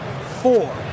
Four